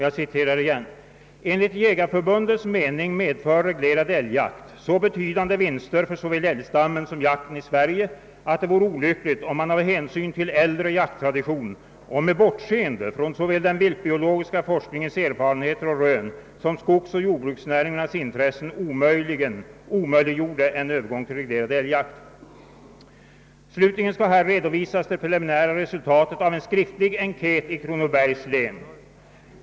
Jag citerar på nytt: »Enligt — jägareförbundets mening medför reglerad älgjakt så betydande vinster för såväl älgstammen som jakten i Sverige, att det vore olyckligt, om man av hänsyn till äldre jakttradition och med bortseende från såväl den viltbiologiska forskningens erfarenheter och rön som skogsoch jordbruksnäringarnas intressen omöjliggjorde en övergång till reglerad älgjakt. Slutligen skall här redovisas det preliminära resultatet av en skriftlig enkät i Kronobergs län.